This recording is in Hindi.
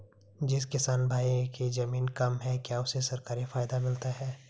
जिस किसान भाई के ज़मीन कम है क्या उसे सरकारी फायदा मिलता है?